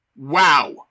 Wow